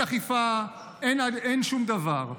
אין אכיפה, אין שום דבר.